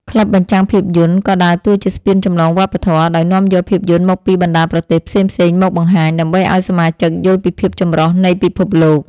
ក្លឹបបញ្ចាំងភាពយន្ត ក៏ដើរតួជាស្ពានចម្លងវប្បធម៌ ដោយនាំយកភាពយន្តមកពីបណ្ដាប្រទេសផ្សេងៗមកបង្ហាញ ដើម្បីឱ្យសមាជិកយល់ពីភាពចម្រុះនៃពិភពលោក។